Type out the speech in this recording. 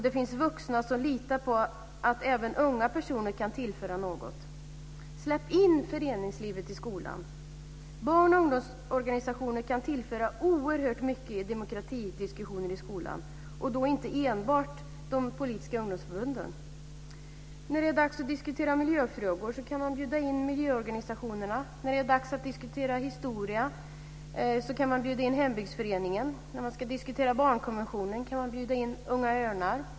Det finns vuxna som litar på att även unga personer kan tillföra något. Släpp in föreningslivet i skolan! Barn och ungdomsorganisationer kan tillföra oerhört mycket i demokratidiskussioner i skolan, inte enbart de politiska ungdomsförbunden. När det är dags att diskutera miljöfrågor kan man bjuda in miljöorganisationerna. När det är dags att diskutera historia kan man bjuda in hembygdsföreningen. När man ska diskutera barnkonventionen kan man bjuda in Unga Örnar.